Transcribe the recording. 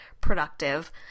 productive